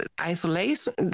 isolation